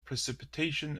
precipitation